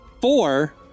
Four